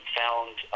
found